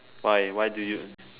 why why do you